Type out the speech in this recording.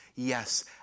Yes